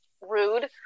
rude